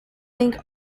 link